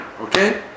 okay